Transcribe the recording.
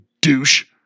douche